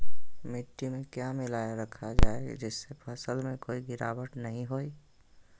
मिट्टी में क्या मिलाया रखा जाए जिससे फसल में कोई गिरावट नहीं होई?